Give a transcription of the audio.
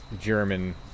german